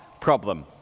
problem